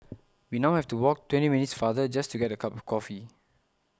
we now have to walk twenty minutes farther just to get a cup of coffee